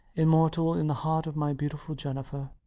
immortal in the heart of my beautiful jennifer.